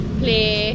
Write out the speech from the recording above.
play